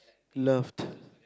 loved